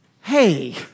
Hey